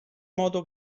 modo